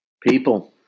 People